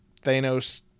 Thanos